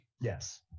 Yes